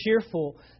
cheerful